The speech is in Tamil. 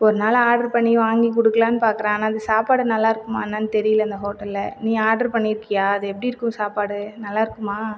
ஒரு நாள் ஆர்டர் பண்ணி வாங்கி கொடுக்கலானு பாக்கிறேன் ஆனால் அந்த சாப்பாடு நல்லா இருக்குமான்னான்னு தெரியலை அந்த ஹோட்டலில் நீ ஆர்டர் பண்ணி இருக்கியா அது எப்படி இருக்கும் சாப்பாடு நல்லா இருக்குமா